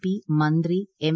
P മന്ത്രി M